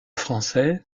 français